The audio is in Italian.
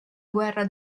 guerra